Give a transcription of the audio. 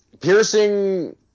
piercing